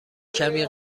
کمی